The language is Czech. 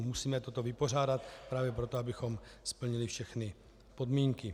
Musíme toto vypořádat právě proto, abychom splnili všechny podmínky.